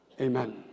amen